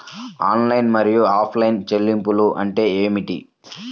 Online మరియు offline చెల్లింపులు అంటే ఏమిటి?